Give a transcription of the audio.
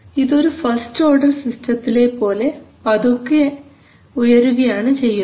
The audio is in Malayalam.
ഇത് ഒരു ഫസ്റ്റ് ഓർഡർ സിസ്റ്റത്തിലെ പോലെ പതുക്കെ ഉയരുകയാണ് ചെയ്യുന്നത്